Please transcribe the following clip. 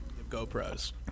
GoPros